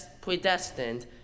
predestined